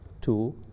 Two